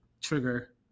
trigger